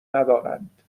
ندارند